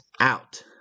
out